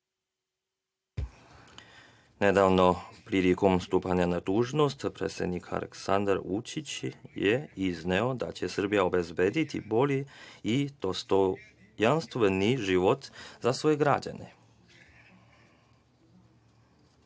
Nedavno, prilikom stupanja na dužnost predsednika Aleksandar Vučić je izneo da će Srbija obezbediti bolji i dostojanstveniji život za svoje građane.